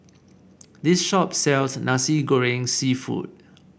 this shop sells Nasi Goreng seafood